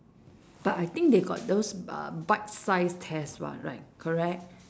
but I think they got those uh bite sized test [what] right correct